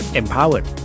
empowered